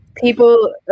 people